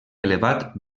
elevat